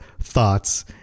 thoughts